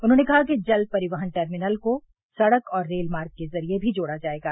उन्होंने कहा कि जल परिवहन टर्मिनल को सड़क और रेल मार्ग के जरिये भी जोड़ा जायेगा